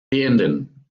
beenden